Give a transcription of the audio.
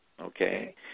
okay